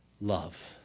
Love